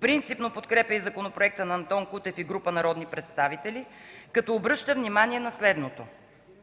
Принципно подкрепя и законопроекта на Антон Кутев и група народни представители, като обръща внимание на следното: